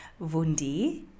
Vundi